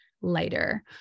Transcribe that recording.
lighter